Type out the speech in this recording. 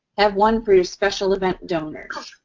have one for your special event donors.